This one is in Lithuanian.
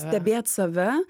stebėt save